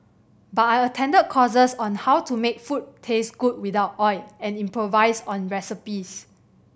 but I attended courses on how to make food taste good without oil and improvise on recipes